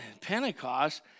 Pentecost